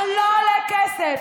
שלא עולה כסף,